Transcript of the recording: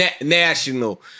National